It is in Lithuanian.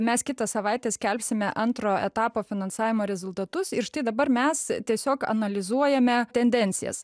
mes kitą savaitę skelbsime antro etapo finansavimo rezultatus ir štai dabar mes tiesiog analizuojame tendencijas